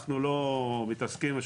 אנחנו לא מתעסקים ושולחים אותו הביתה.